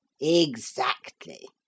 Exactly